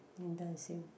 in dancing